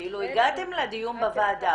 הגעתם לדיון בוועדה.